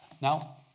Now